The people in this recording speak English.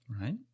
right